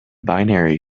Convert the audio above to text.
binary